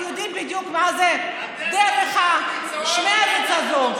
כי אנחנו יודעים בדיוק מה זה דרך ה"שמרץ" הזאת.